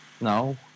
no